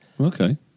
Okay